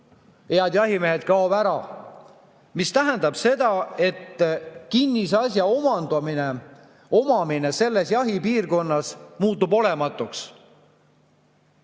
head jahimehed, kaob ära, mis tähendab seda, et kinnisasja omamine selles jahipiirkonnas muutub olematuks